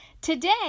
Today